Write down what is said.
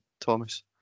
Thomas